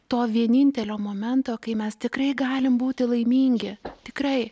to vienintelio momento kai mes tikrai galim būti laimingi tikrai